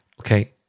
Okay